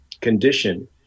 condition